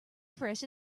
fresh